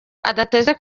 adateze